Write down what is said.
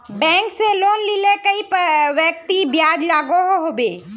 Bank से loan लिले कई व्यक्ति ब्याज लागोहो होबे?